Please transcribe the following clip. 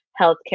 healthcare